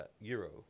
euro